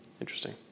Interesting